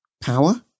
power